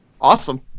Awesome